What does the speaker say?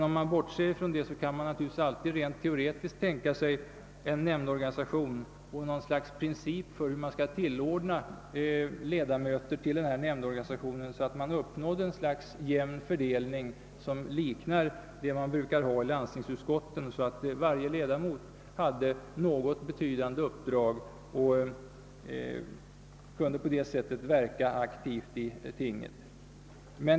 Om man bortser från detta kan man naturligtvis alltid rent teoretiskt tänka sig en nämndorganisation och något slags princip för tillsättning av ledamöter i denna som gör det möjligt att uppnå en jämn fördelning, liknande den som brukar förekomma i landstingsutskotten. Varje ledamot skulle i så fall ha något betydande uppdrag och på det sättet kunna verka aktivt i tinget.